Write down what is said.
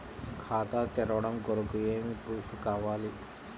ఖాతా తెరవడం కొరకు ఏమి ప్రూఫ్లు కావాలి?